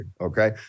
okay